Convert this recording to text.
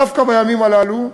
דווקא בימים האלה,